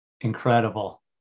Incredible